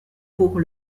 pour